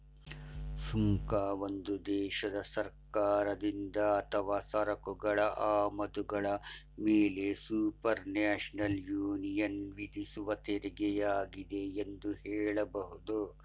ಸುಂಕ ಒಂದು ದೇಶದ ಸರ್ಕಾರದಿಂದ ಅಥವಾ ಸರಕುಗಳ ಆಮದುಗಳ ಮೇಲೆಸುಪರ್ನ್ಯಾಷನಲ್ ಯೂನಿಯನ್ವಿಧಿಸುವತೆರಿಗೆಯಾಗಿದೆ ಎಂದು ಹೇಳಬಹುದು